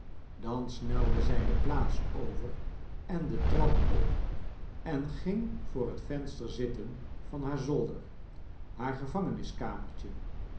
dan snelde zij de plaats over en de trap op en ging voor het venster zitten van haar zolder haar